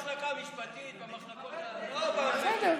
אני התכוונתי במחלקה המשפטית, במחלקות, בסדר.